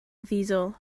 ddiesel